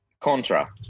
Contra